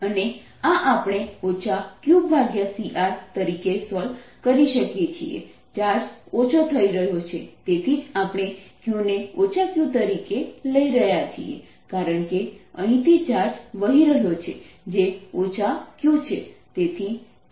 VIR VRI dQdt QCR અને આ આપણે QCR તરીકે સોલ્વ કરી શકીએ છીએ ચાર્જ ઓછો થઈ રહ્યો છે તેથી જ આપણે Qને Q તરીકે લઈ રહ્યા છીએ કારણ કે અહીંથી ચાર્જ વહી રહ્યો છે જે Q છે